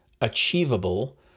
Achievable